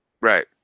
Right